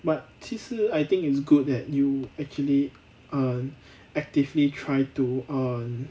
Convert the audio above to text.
but 其实 I think it's good that you actually err actively try to um